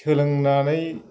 सोलोंनानै